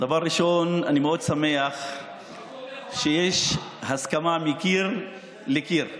דבר ראשון, אני מאוד שמח שיש הסכמה מקיר לקיר,